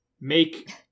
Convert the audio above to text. make